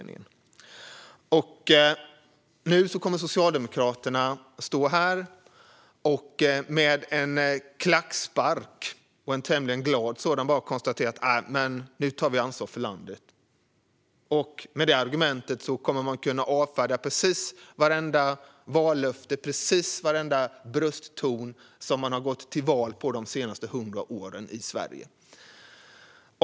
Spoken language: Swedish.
Nu kommer socialdemokraterna att stå här och med en klackspark - en tämligen glad sådan - konstatera: Nu tar vi ansvar för landet! Med det argumentet kommer man att kunna avfärda precis vartenda vallöfte och precis varenda bröstton som man har gått till val på de senaste hundra åren i Sverige.